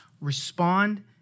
respond